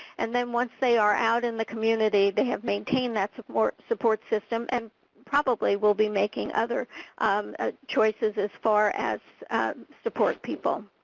and then once they are out in the community, they have maintained that support support system, and probably will be making other um ah choices as far as support people.